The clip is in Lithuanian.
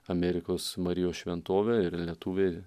amerikos marijos šventovė ir letuviai